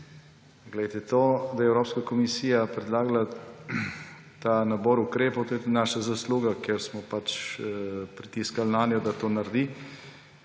naredile. To, da je Evropska komisija predlagala ta nabor ukrepov, je tudi naša zasluga, ker smo pritiskali nanjo, da to naredi,